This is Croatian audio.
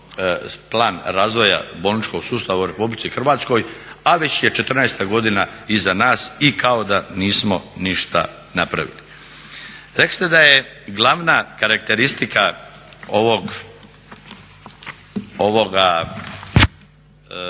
plan razvoja bolničkog sustava u RH a već je 14 godina iza nas i kao da nismo ništa napravili. Rekli ste da je glavna karakteristika ovoga plana